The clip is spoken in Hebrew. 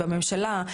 בממשלה,